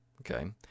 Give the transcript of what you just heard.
Okay